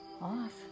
off